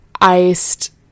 iced